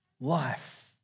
life